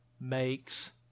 makes